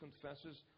confesses